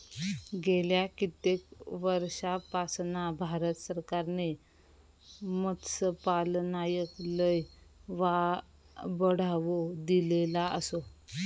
गेल्या कित्येक वर्षापासना भारत सरकारने मत्स्यपालनाक लय बढावो दिलेलो आसा